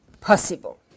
possible